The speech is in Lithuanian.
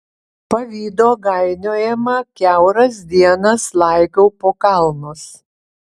pavydo gainiojama kiauras dienas laigau po kalnus